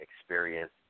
experience